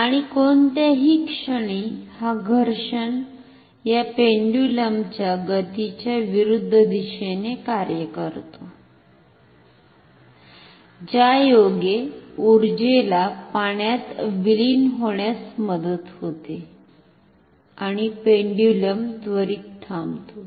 आणि कोणत्याही क्षणी हा घर्षण या पेंडुलमच्या गतीच्या विरूद्ध दिशेने कार्य करतो ज्यायोगे उर्जेला पाण्यात विलीन होण्यास मदत होते आणि पेंडुलम त्वरित थांबतो